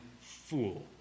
fool